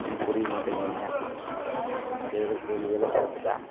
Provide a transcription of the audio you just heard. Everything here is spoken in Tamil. ஒன்றும் புரிய மாட்டேங்கிதுங்க நீங்கள் கேட்குற கேள்வியெல்லாம் கரெட்டுதான்